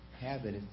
habit